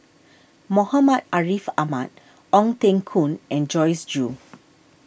Muhammad Ariff Ahmad Ong Teng Koon and Joyce Jue